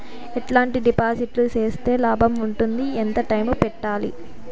ఎట్లాంటి డిపాజిట్లు సేస్తే లాభం ఉంటుంది? ఎంత టైము పెట్టాలి?